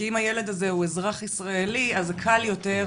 כי אם הילד הזה הוא אזרח ישראלי אז זה קל יותר,